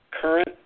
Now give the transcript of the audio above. current